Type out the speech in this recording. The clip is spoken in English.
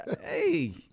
Hey